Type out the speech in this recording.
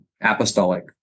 apostolic